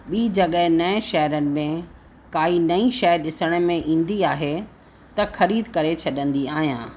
ॿी जॻह नए शहरनि में काई नयी शइ ॾिसण में ईंदी आहे त ख़रीद करे छॾंदी आहियां